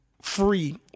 free